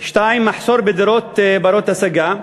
2. מחסור בדירות בנות-השגה,